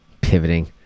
pivoting